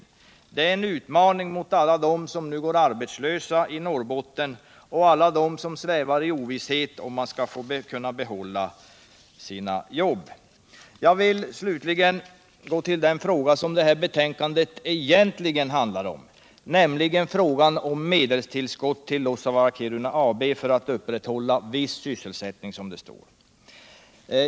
Detta är en utmaning mot alla dem som nu går arbetslösa i Norrbotten och alla dem som svävar i ovisshet om huruvida de skall få behålla sina jobb. Jag vill slutligen gå till den fråga som det här betänkandet egentligen handlar om, nämligen frågan om medelstillskott till Luossavaara-Kiirunavaara AB för att upprätthålla viss sysselsättning, som det står.